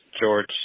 George